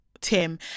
Tim